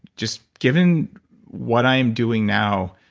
just given what i'm doing now,